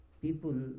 people